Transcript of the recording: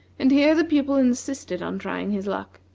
and here the pupil insisted on trying his luck.